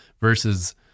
Versus